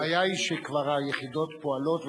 הבעיה היא שכבר היחידות פועלות,